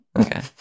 Okay